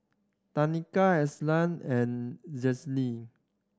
Tanika Elzada and Janey